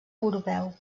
europeu